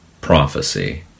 prophecy